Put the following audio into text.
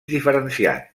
diferenciat